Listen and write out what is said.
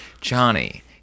Johnny